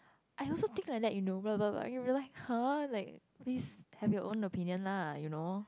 I also think like that you know blah blah blah but you're like !huh! like please have your own opinion lah you know